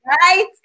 right